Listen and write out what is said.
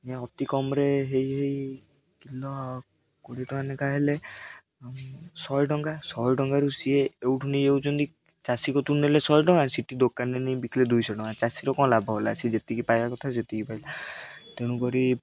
ଏ ଅତି କମ୍ରେ ହେଇ ହେଇ କିଲୋ କୋଡ଼ିଏ ଟଙ୍କା ଲେଖାଁ ହେଲେ ଶହେ ଟଙ୍କା ଶହେ ଟଙ୍କାରୁ ସିଏ ଏଉଠୁ ନେଇ ଯାଉଛନ୍ତି ଚାଷୀଙ୍କଠୁ ନେଲେ ଶହେ ଟଙ୍କା ସେଠି ଦୋକାନରେ ନେଇ ବିକିଲେ ଦୁଇଶହ ଟଙ୍କା ଚାଷୀର କ'ଣ ଲାଭ ହେଲା ସିଏ ଯେତିକି ପାଇବା କଥା ସେତିକି ପାଇଲା ତେଣୁକରି